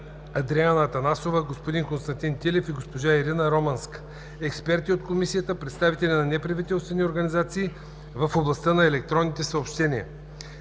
Андреана Атанасова, господин Константин Тилев и госпожа Ирина Романска, експерти от Комисията, представители на неправителствените организации в областта на електронните съобщения.